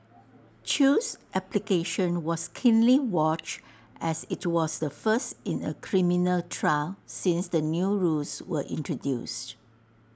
chew's application was keenly watched as IT was the first in A criminal trial since the new rules were introduced